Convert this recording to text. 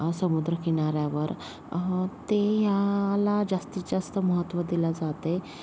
समुद्रकिनाऱ्यावर ते ह्याला जास्तीत जास्त महत्त्व दिले जाते